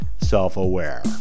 self-aware